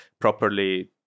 properly